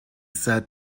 sat